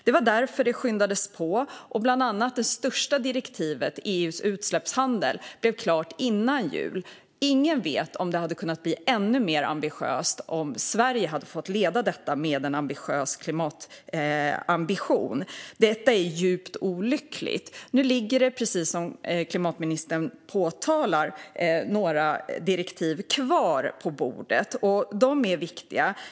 Det var därför detta skyndades på och bland annat det största direktivet, det om EU:s utsläppshandel, blev klart före jul. Ingen vet om det hade kunnat bli ännu mer ambitiöst om Sverige hade fått leda detta med en ambitiös klimatambition. Detta är djupt olyckligt. Nu ligger det, precis som klimatministern säger, några direktiv kvar på bordet. De är viktiga.